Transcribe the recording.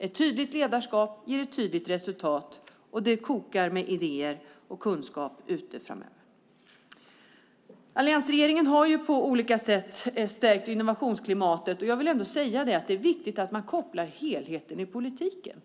Ett tydligt ledarskap ger ett tydligt resultat, och det kokar av idéer och kunskap därute. Alliansregeringen har på olika sätt stärkt innovationsklimatet, och jag vill säga att det är viktigt att man kopplar helheten i politiken.